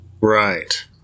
right